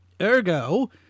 Ergo